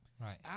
Right